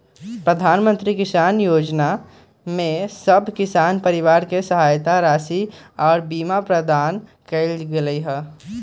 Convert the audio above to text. प्रधानमंत्री किसान जोजना में सभ किसान परिवार के सहायता राशि आऽ बीमा प्रदान कएल गेलई ह